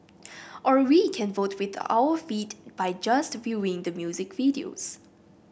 or we can vote with our feet by just viewing the music videos